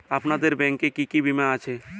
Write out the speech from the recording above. আপনাদের ব্যাংক এ কি কি বীমা আছে?